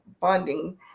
bonding